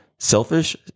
Selfish